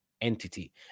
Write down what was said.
entity